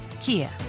Kia